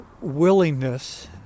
willingness